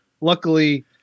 luckily